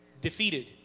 defeated